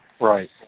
Right